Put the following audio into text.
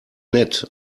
nett